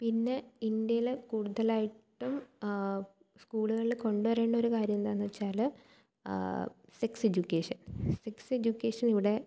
പിന്നെ ഇന്ത്യേലെ കൂടുതലായിട്ടും സ്കൂളുകളിൽ കൊണ്ട് വരേണ്ട ഒരു കാര്യന്താന്ന്ച്ചാൽ സെക്സ് എഡ്യൂക്കേഷൻ സെക്സ് എഡ്യൂക്കേഷനിവിടെ